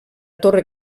torre